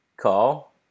call